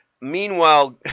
Meanwhile